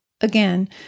Again